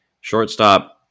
shortstop